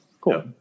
cool